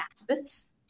activists